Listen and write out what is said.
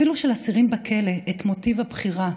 אפילו של אסירים בכלא, את מוטיב הבחירה,